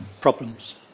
problems